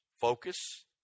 focus